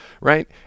right